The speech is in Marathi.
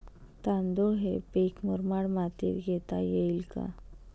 तांदूळ हे पीक मुरमाड मातीत घेता येईल का?